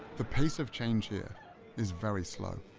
the pace of change here is very slow.